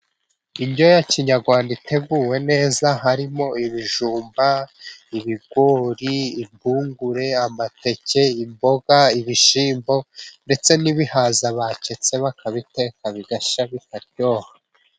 Indyo ya kinyarwanda iteguwe neza, harimo ibijumba, ibigori, impungure, amateke, imboga, ibishyimbo, ndetse n'ibihaza baketse bakabiteka, bigashya bitaryoha.